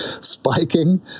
spiking